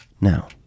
Now